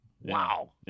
Wow